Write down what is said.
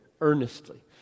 earnestly